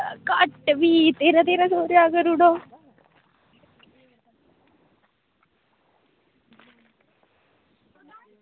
घट्ट भी तेरां तेरां सौ रपेआ करी ओड़ेओ